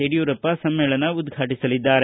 ಯಡಿಯೂರಪ್ಪ ಸಮ್ಮೇಳನ ಉದ್ವಾಟಿಸಲಿದ್ದಾರೆ